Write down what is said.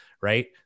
right